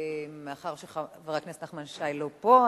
מאחר שחבר הכנסת נחמן שי לא פה,